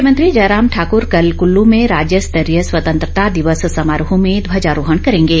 मुख्यमंत्री जयराम ठाकर कल कल्ल में राज्य स्तरीय स्वतंत्रता दिवस समारोह में ध्वजारोहण करेंगे